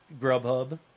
grubhub